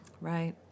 Right